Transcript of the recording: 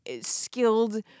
skilled